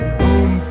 boom